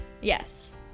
Yes